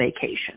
vacation